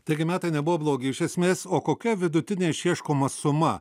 taigi metai nebuvo blogi iš esmės o kokia vidutinė išieškoma suma